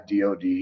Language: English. DOD